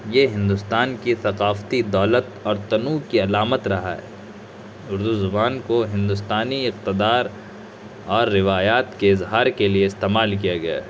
یہ ہندوستان کی ثقافتی دولت اور تنوع کی علامت رہا ہے اردو زبان کو ہندوستانی اقتدار اور روایات کے اظہار کے لیے استعمال کیا گیا ہے